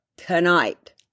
Tonight